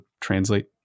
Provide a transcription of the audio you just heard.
translate